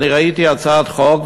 אני ראיתי הצעת חוק,